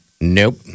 Nope